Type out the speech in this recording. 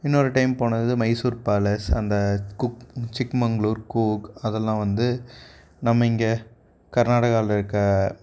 இன்னொரு டைம் போனது மைசூர் பாலஸ் அந்த குக் சிக்மங்களூர் கூர்க் அதெல்லாம் வந்து நம்ம இங்கே கர்நாடகாவில் இருக்கற